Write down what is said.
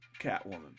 Catwoman